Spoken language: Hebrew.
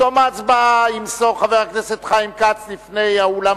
בתום ההצבעה ימסור חבר הכנסת חיים כץ לפני האולם